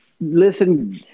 Listen